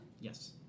Yes